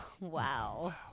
Wow